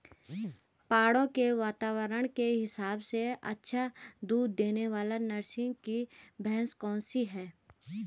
पहाड़ों के वातावरण के हिसाब से अच्छा दूध देने वाली नस्ल की भैंस कौन सी हैं?